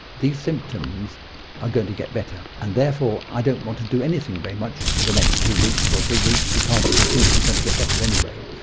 these symptoms are going to get better. and therefore i don't want to do anything very much for the next two weeks or three weeks because i think you're going to get better anyway.